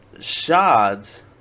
shards